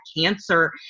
cancer